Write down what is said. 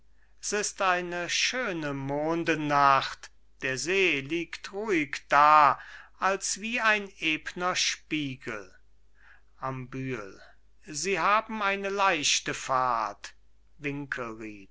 s ist eine schöne mondennacht der see liegt ruhig da als wie ein ebner spiegel am bühel sie haben eine leichte fahrt